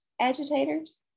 agitators